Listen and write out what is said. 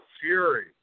fury